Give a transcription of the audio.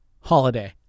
holiday